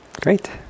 Great